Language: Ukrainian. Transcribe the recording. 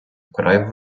вкрай